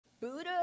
Buddha